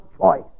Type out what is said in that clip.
choice